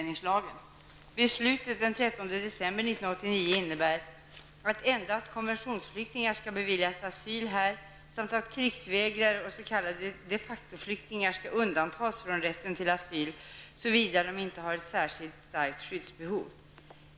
innebär att endast konventionsflyktingar skall beviljas asyl här samt att krigsvägrare och s.k. de facto-flyktingar skall undantas från rätten till asyl, såvida de inte har ett särskilt starkt skyddsbehov.